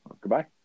Goodbye